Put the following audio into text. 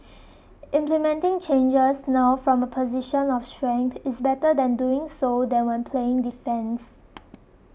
implementing changes now from a position of strength is better than doing so than when playing defence